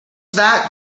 that